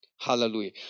Hallelujah